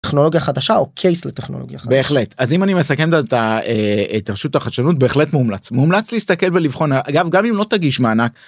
טכנולוגיה חדשה או קייס לטכנולוגיה חדשה. בהחלט, אז אם אני מסכם את הרשות החדשנות בהחלט מומלץ. מומלץ להסתכל ולבחון אגב גם אם לא תגיש מענק